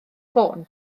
ffôn